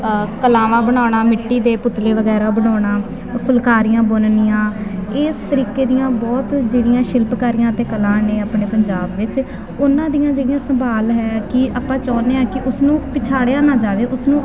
ਕਲਾਵਾਂ ਬਣਾਉਣਾ ਮਿੱਟੀ ਦੇ ਪੁਤਲੇ ਵਗੈਰਾ ਬਣਾਉਣਾ ਫੁਲਕਾਰੀਆਂ ਬੁਣਨੀਆਂ ਇਸ ਤਰੀਕੇ ਦੀਆਂ ਬਹੁਤ ਜਿਹੜੀਆਂ ਸ਼ਿਲਪਕਾਰੀਆਂ ਅਤੇ ਕਲਾ ਨੇ ਆਪਣੇ ਪੰਜਾਬ ਵਿੱਚ ਉਹਨਾਂ ਦੀਆਂ ਜਿਹੜੀਆਂ ਸੰਭਾਲ ਹੈ ਕਿ ਆਪਾਂ ਚਾਹੁੰਦੇ ਹਾਂ ਕਿ ਉਸਨੂੰ ਪਛਾੜਿਆ ਨਾ ਜਾਵੇ ਉਸਨੂੰ